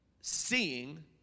seeing